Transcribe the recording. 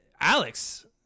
Alex